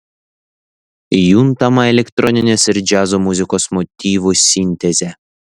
juntama elektroninės ir džiazo muzikos motyvų sintezė